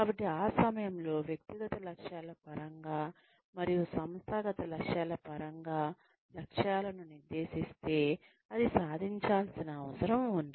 కాబట్టి ఆ సమయంలో వ్యక్తిగత లక్ష్యాల పరంగా మరియు సంస్థాగత లక్ష్యాల పరంగా లక్ష్యాలను నిర్దేశిస్తే అది సాధించాల్సిన అవసరం ఉంది